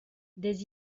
des